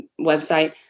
website